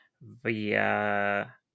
via